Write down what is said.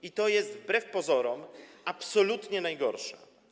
I to jest wbrew pozorom absolutnie najgorsze.